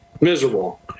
miserable